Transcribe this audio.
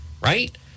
right